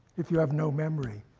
if you have no memory?